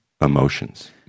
emotions